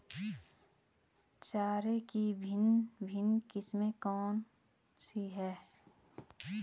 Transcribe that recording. चारे की भिन्न भिन्न किस्में कौन सी हैं?